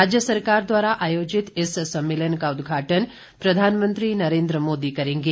राज्य सरकार द्वारा आयोजित इस सम्मेलन का उद्घाटन प्रधानमंत्री नरेन्द्र मोदी करेंगे